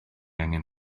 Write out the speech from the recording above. angen